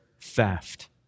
theft